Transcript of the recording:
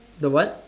the what